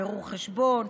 בירור חשבון,